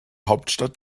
hauptstadt